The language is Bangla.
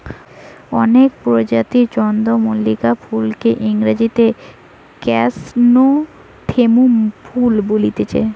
অনেক প্রজাতির চন্দ্রমল্লিকা ফুলকে ইংরেজিতে ক্র্যাসনথেমুম ফুল বোলছে